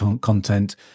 content